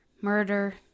murder